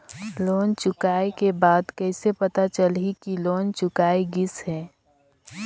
Loan चुकाय के बाद कइसे पता चलही कि लोन चुकाय गिस है?